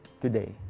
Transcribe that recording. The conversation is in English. today